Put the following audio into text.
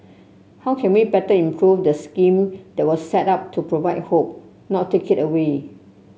how can we better improve the scheme there was set up to provide hope not take it away